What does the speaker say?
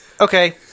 okay